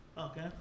Okay